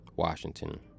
Washington